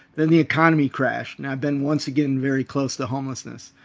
then the economy crashed and i've been once again very close to homelessness.